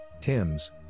tims